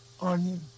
onion